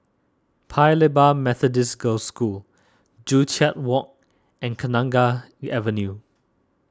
Paya Lebar Methodist Girls' School Joo Chiat Walk and Kenanga Avenue